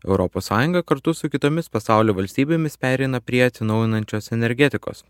europos sąjunga kartu su kitomis pasaulio valstybėmis pereina prie atsinaujinančios energetikos